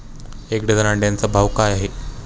एक डझन अंड्यांचा भाव काय आहे?